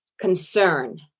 concern